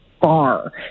far